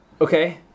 Okay